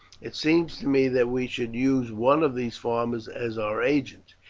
it seems to me that we should use one of these farmers as our agent.